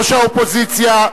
ראש האופוזיציה,